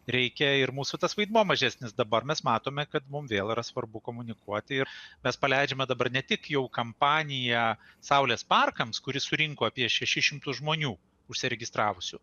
reikia ir mūsų tas vaidmuo mažesnis dabar mes matome kad mum vėl yra svarbu komunikuoti ir mes paleidžiame dabar ne tik jau kampaniją saulės parkams kuri surinko apie šešis šimtus žmonių užsiregistravusių